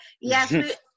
Yes